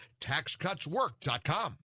TaxCutsWork.com